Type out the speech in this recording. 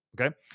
Okay